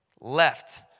left